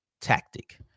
tactic